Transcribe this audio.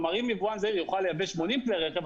אם יבואן זעיר יוכל לייבא 80 כלי רכב,